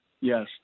yes